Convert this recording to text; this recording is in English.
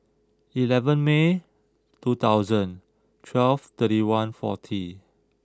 eleven May two thousand twelve thirty one forty